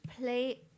play